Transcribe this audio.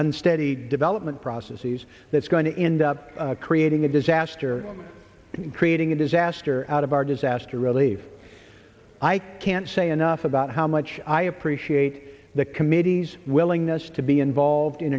nsteady development processes that's going to end up creating a disaster and creating a disaster out of our disaster relief i can't say enough about how much i appreciate the committee's willingness to be involved in